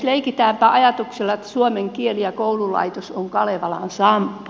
leikitäänpä ajatuksella että suomen kieli ja koululaitos on kalevalan sampo